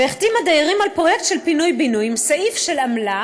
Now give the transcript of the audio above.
והחתימה דיירים על פרויקט של פינוי-בינוי עם סעיף של עמלה,